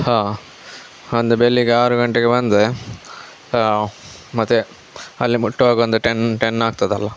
ಹಾಂ ಒಂದು ಬೆಳಗ್ಗೆ ಆರು ಗಂಟೆಗೆ ಬಂದರೆ ಮತ್ತು ಅಲ್ಲಿ ಮುಟ್ಟುವಾಗ ಒಂದು ಟೆನ್ ಟೆನ್ ಆಗ್ತದಲ್ಲ